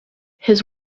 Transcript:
his